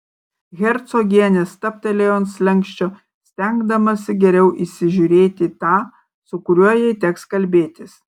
hercogienė stabtelėjo ant slenksčio stengdamasi geriau įsižiūrėti tą su kuriuo jai teks kalbėtis